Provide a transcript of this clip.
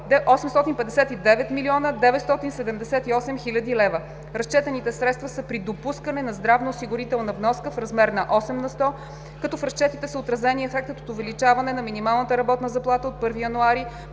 859 млн. 978 хил. лв. Разчетените средства са при допускане на здравноосигурителна вноска в размер на 8 на сто, като в разчетите са отразени ефектът от увеличаване на минималната работна заплата от 1 януари